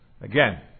Again